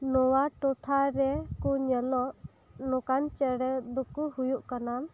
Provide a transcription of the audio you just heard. ᱱᱚᱣᱟ ᱴᱚᱴᱷᱟ ᱨᱮᱠᱚ ᱧᱮᱞᱚᱜ ᱱᱚᱝᱠᱟᱱ ᱪᱮᱬᱮ ᱫᱚᱠᱚ ᱦᱩᱭᱩᱜ ᱠᱟᱱᱟ